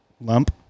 lump